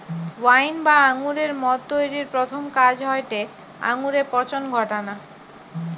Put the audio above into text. wine বা আঙুরের মদ তৈরির প্রথম কাজ হয়টে আঙুরে পচন ঘটানা